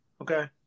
okay